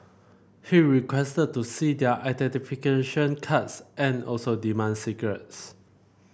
he requested to see their identification cards and also demanded cigarettes